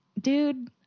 dude